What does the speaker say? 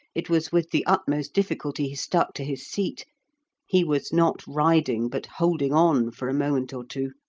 it was with the utmost difficulty he stuck to his seat he was not riding, but holding on for a moment or two.